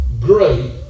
great